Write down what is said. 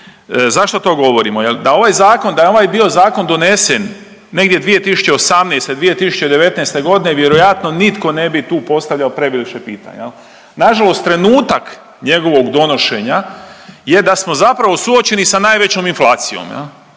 da ovaj Zakon, da je ovaj bio Zakon donesen negdje 2018., 2019. g., vjerojatno nitko ne bi tu postavljao previše pitanja. Nažalost trenutak njegovog donošenja je da smo zapravo suočeni sa najvećoj inflacijom.